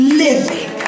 living